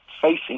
facing